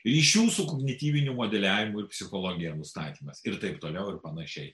ryšių su kognityviniu modeliavimu ir psichologija nustatymas ir taip toliau ir panašiai